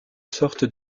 sorte